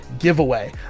giveaway